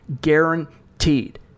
guaranteed